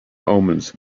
omens